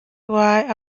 why